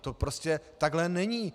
To prostě takhle není!